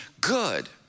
good